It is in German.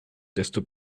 desto